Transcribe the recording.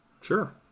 Sure